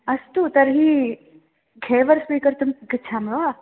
अस्तु तर्हि घेवर् स्वीकर्तुं गच्छामि वा